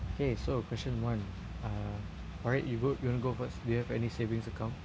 okay so question one uh farid you go you wanna go first do you have any savings account